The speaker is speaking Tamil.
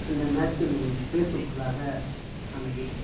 அந்த மேட்சிலும் பேசும் பொருளாக அமையும்